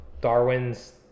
Darwin's